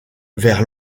vers